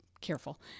careful